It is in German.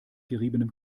geriebenem